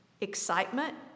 Excitement